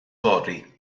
fory